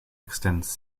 extends